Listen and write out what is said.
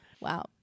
Wow